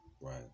right